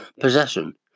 possession